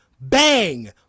bang